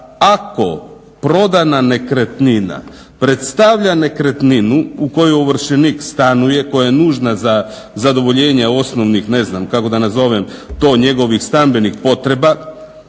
ako prodana nekretnina predstavlja nekretninu u kojoj ovršenih stanuje, koja je nužna za zadovoljenje osnovnih njegovih stambenih potreba